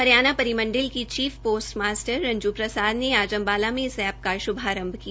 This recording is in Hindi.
हरियाणा परिमण्डल की chief post master Ranju Prasad ने आज अम्बाला में इस एप का श्रीारंभ किया